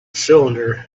cylinder